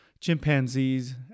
chimpanzees